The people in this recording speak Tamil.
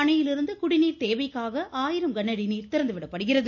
அணையிலிருந்து குடிநீர் தேவைக்காக ஆயிரம் கனஅடி தண்ணீர் திறந்துவிடப்படுகிறது